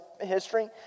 history